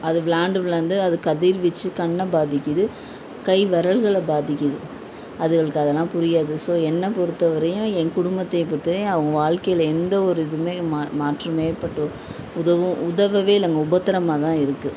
அது விளாயாண்டு விளாயாண்டு அது கதிர்வீச்சு கண்ணை பாதிக்குது கை விரல்கள பாதிக்குது அதுங்களுக்கு அதெல்லாம் புரியாது ஸோ என்ன பொறுத்த வரையும் என் குடும்பத்த பொறுத்த வரையும் அவங்க வாழ்க்கையில எந்த ஒரு இதுமே மா மாற்றம் ஏற்பட்டு உதவும் உதவவே இல்லைங்க உபத்தரமாக தான் இருக்குது